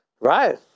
Right